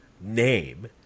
name